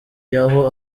yaho